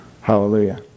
Hallelujah